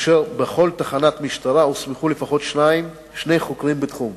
ובכל תחנת משטרה הוסמכו לפחות שני חוקרים בתחום.